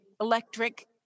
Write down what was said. electric